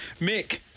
Mick